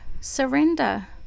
surrender